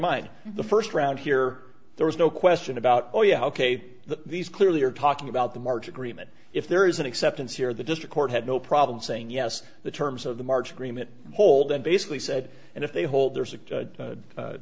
d the first round here there was no question about oh yeah ok the these clearly are talking about the margin agreement if there is an acceptance here the district court had no problem saying yes the terms of the march agreement hold and basically said and if they hold there's